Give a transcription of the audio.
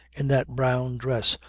in that brown dress,